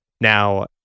Now